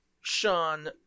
sean